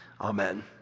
Amen